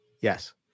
Yes